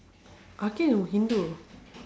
akhil hindu